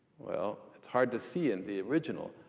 well, it's hard to see in the original.